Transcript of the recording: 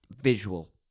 Visual